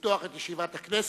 לפתוח את ישיבת הכנסת.